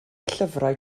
llyfrau